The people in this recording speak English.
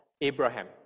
Abraham